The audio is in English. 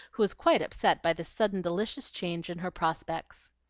who was quite upset by this sudden delicious change in her prospects.